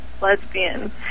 lesbian